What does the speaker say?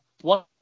one